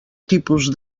tipus